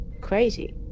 crazy